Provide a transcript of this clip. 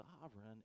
sovereign